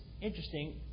interesting